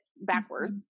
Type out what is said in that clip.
backwards